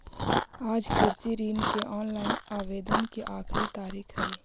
आज कृषि ऋण के ऑनलाइन आवेदन की आखिरी तारीख हई